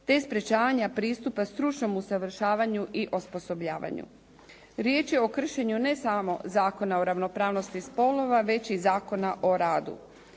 te sprječavanja pristupa stručnom usavršavanju i osposobljavanju. Riječ je o kršenju ne samo Zakona o ravnopravnosti spolova, već i Zakona o radu.